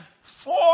four